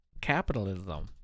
Capitalism